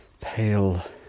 pale